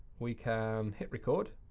we can hit record,